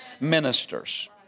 ministers